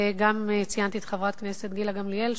וגם ציינתי את חברת הכנסת גילה גמליאל,